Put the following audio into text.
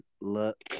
look